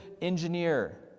engineer